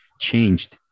changed